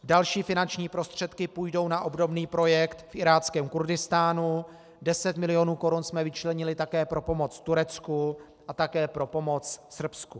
Další finanční prostředky půjdou na obdobný projekt v Iráckém Kurdistánu, 10 milionů korun jsme vyčlenili také pro pomoc Turecku a také pro pomoc Srbsku.